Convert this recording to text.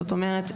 זאת אומרת,